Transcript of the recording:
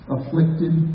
Afflicted